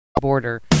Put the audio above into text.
Border